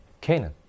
Canaan